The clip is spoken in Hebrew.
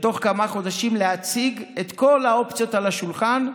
בתוך כמה חודשים להציג את כל האופציות על השולחן.